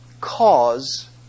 cause